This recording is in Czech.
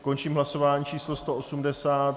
Končím hlasování číslo 180.